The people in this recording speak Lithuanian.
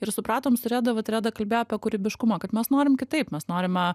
ir supratom su reda vat reda kalbėjo apie kūrybiškumą kad mes norim kitaip mes norime